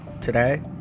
Today